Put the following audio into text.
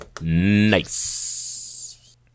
Nice